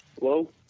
Hello